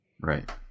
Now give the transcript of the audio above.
Right